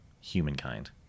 humankind